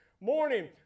morning